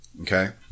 Okay